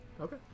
okay